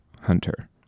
Hunter